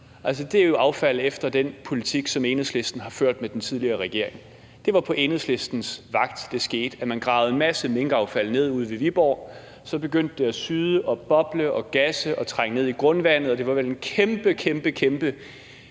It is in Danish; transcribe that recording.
det er jo affald efter den politik, som Enhedslisten har ført med den tidligere regering. Det var på Enhedslistens vagt, det skete. Man gravede en masse minkaffald ned ude ved Viborg, så begyndte det at syde, boble, gasse og trænge ned i grundvandet, og det var vel en kæmpe, kæmpe